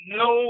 no